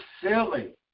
silly